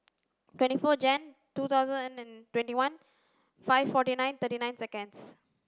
twenty four Jan two thousand and twenty one five forty nine thirty nine seconds